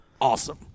Awesome